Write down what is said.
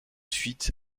suite